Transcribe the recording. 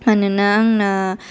मानोना आंना